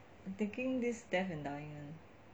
thinking this death and dying [one]